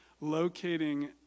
locating